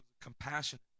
compassionate